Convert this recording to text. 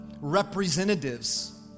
representatives